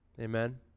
amen